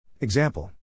Example